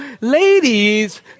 Ladies